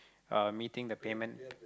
uh meeting the payment